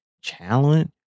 challenge